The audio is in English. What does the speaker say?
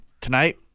Tonight